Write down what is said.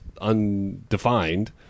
undefined